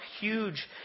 huge